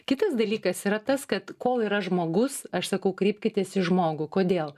kitas dalykas yra tas kad kol yra žmogus aš sakau kreipkitės į žmogų kodėl